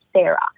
Sarah